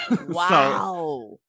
Wow